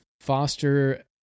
foster